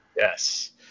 Yes